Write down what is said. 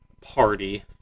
party